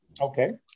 Okay